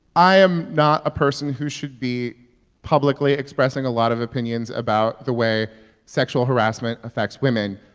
i am not a person who should be publicly expressing a lot of opinions about the way sexual harassment affects women.